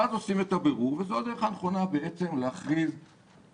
ואז עושים את הבירור וזו הדרך הנכונה להכריז על